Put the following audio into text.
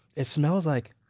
it smells like